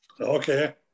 Okay